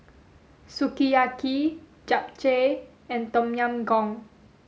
Sukiyaki Japchae and Tom Yam Goong